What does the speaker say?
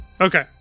Okay